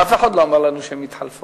אף אחד לא אמר לנו שהן מתחלפות.